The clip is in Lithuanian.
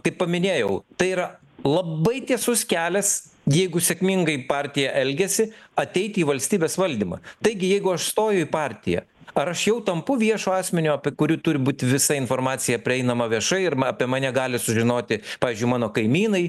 tai paminėjau tai yra labai tiesus kelias jeigu sėkmingai partija elgiasi ateit į valstybės valdymą taigi jeigu aš stoju į partiją ar aš jau tampu viešu asmeniu apie kurį turi būt visa informacija prieinama viešai ir m apie mane gali sužinoti pavyzdžiui mano kaimynai